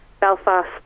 Belfast